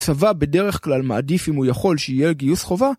הצבא בדרך כלל מעדיף, אם הוא יכול, שיהיה גיוס חובה